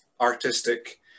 artistic